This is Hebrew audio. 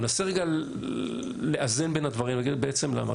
אתה מנסה לאזן בין הדברים, להגיד: בעצם למה?